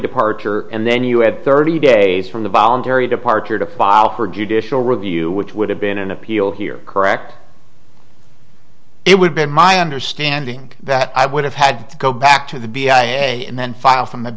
departure and then you had thirty days from the voluntary departure to file for judicial review which would have been an appeal here correct it would be my understanding that i would have had to go back to the b i a and then file from the